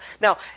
Now